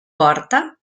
porta